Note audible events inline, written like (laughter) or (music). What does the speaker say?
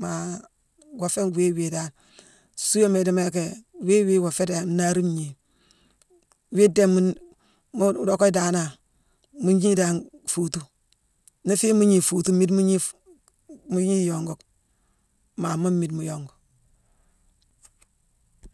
Maa ngoo féé wii wii dan. Suuéma idiimo yicki wii wii woo féé dan nnaari ngnii. Wii dééma mu docka daanane-mu gnii dan fuutu. Nii fiine mu gnii fuutu, mmiide mu gnii fu-gnii iyonguma, maama mmiide mu yongu. (noise)